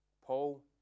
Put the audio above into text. Paul